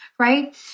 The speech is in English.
right